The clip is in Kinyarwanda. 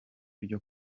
ryo